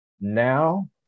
now